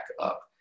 up